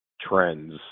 trends